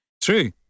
True